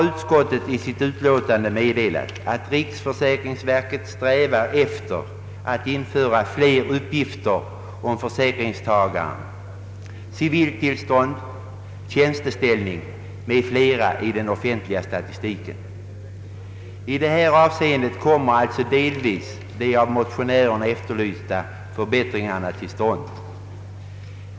Utskottet har i sitt utlåtande meddelat att riksförsäkringsverket strävar efter att införa fler uppgifter om försäkringstagaren — civilstånd, tjänsteställning m.m. — i den offentliga statistiken. I det avseendet kommer alltså delvis de av motionärerna efterlysta förbättringarna till stånd.